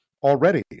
Already